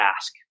ask